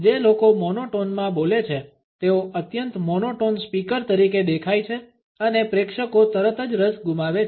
જે લોકો મોનોટોન માં બોલે છે તેઓ અત્યંત મોનોટોન સ્પીકર તરીકે દેખાય છે અને પ્રેક્ષકો તરત જ રસ ગુમાવે છે